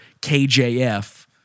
KJF